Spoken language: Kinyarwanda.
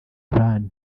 plan